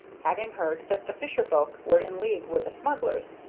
having heard that the fisher-folk were in league with the smugglers,